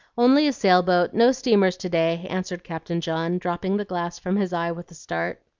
only a sail-boat no steamers to-day, answered captain john, dropping the glass from his eye with a start.